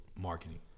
marketing